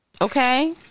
okay